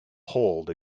hold